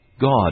God